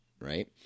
right